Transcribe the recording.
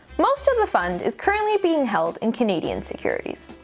most of the fund is currently being held in canadian securities.